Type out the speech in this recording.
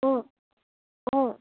অ অ